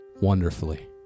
wonderfully